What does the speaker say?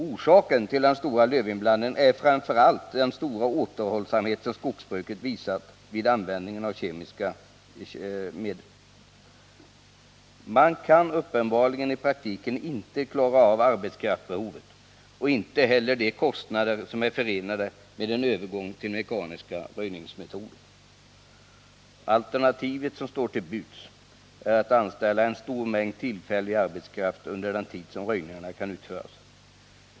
Orsaken till den stora lövinblandningen är framför allt den stora återhållsamhet med användning av kemiska medel som skogsbruket visat. Man kan uppenbarligen i praktiken inte klara av arbetskraftsbehovet och inte heller de kostnader som är förenade med en övergång till mekaniska röjningsmetoder. Det ena alternativet som står till buds är att anställa en stor mängd tillfällig arbetskraft under den tid som röjningar kan utföras.